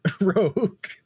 rogue